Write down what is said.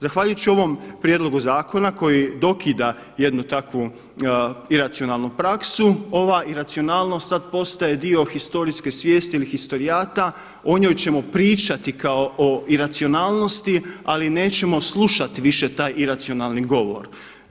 Zahvaljujući ovom prijedlogu zakona koji dokida jednu takvu iracionalnu praksu, ova iracionalnost sada postaje dio historijske svijesti ili historijata, o njoj ćemo pričati kao o iracionalnost ali nećemo slušati više taj iracionalni govor.